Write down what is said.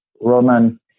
Roman